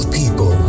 people